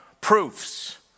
proofs